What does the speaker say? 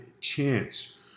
chance